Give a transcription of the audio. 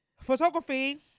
Photography